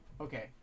okay